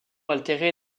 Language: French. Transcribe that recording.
altéré